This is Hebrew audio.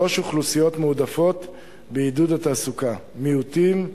שלוש אוכלוסיות מועדפות בעידוד התעסוקה: מיעוטים,